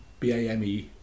BAME